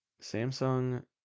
Samsung